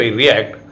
react